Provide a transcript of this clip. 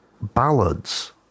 ballads